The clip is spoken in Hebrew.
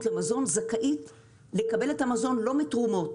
למזון זכאית לקבל את המזון לא מתרומות.